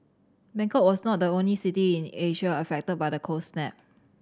Bangkok was not the only city in Asia affected by the cold snap